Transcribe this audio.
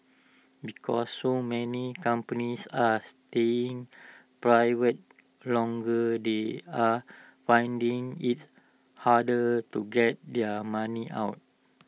because so many companies are staying private longer they are finding IT harder to get their money out